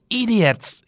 idiots